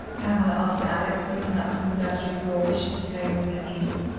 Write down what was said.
pamela asked alex, looking up from the nursery floor where she was playing with her niece.